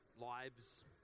lives